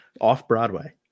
Off-Broadway